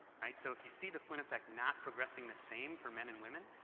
right? so if you see the flynn effect not progressing the same for men and women,